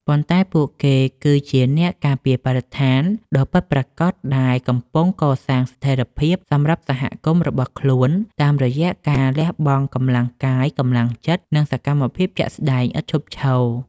ប៉ុន្តែពួកគេគឺជា អ្នកការពារបរិស្ថាន ដ៏ពិតប្រាកដដែលកំពុងកសាងស្ថិរភាពសម្រាប់សហគមន៍របស់ខ្លួនតាមរយៈការលះបង់កម្លាំងកាយ កម្លាំងចិត្ត និងសកម្មភាពជាក់ស្ដែងឥតឈប់ឈរ។